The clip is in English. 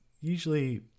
usually